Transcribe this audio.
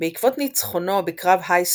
בעקבות ניצחונו בקרב הייסטינגס,